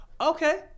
okay